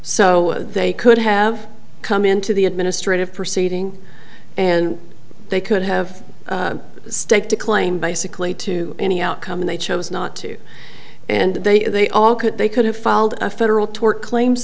so they could have come into the administrative proceeding and they could have staked a claim basically to any outcome and they chose not to and they they all could they could have filed a federal tort claims